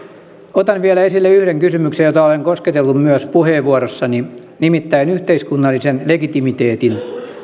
otan vielä esille yhden kysymyksen jota olen kosketellut myös puheenvuorossani nimittäin yhteiskunnallisen legitimiteetin